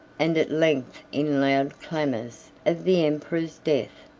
and at length in loud clamors, of the emperor's death,